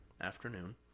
afternoon